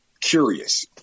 curious